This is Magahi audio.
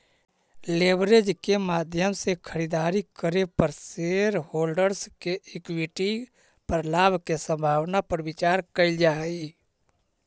लेवरेज के माध्यम से खरीदारी करे पर शेरहोल्डर्स के इक्विटी पर लाभ के संभावना पर विचार कईल जा हई